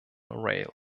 rail